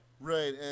Right